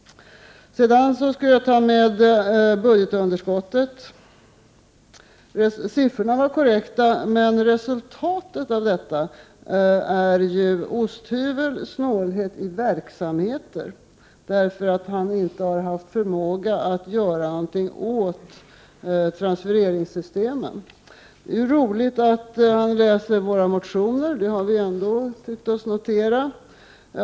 Jag vill också ta upp budgetunderskottet. Siffrorna är korrekta, men resultatet är ju osthyvel och snålhet i verksamheter, därför att finansministern inte har haft förmåga att göra någonting åt transfereringssystemen. Det är roligt att han läser våra motioner — det har vi ändå tyckt oss notera.